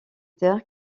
terre